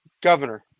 governor